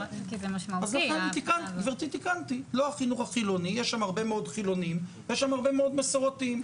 הרבה מאוד חילונים ויש שם הרבה מאוד מסורתיים,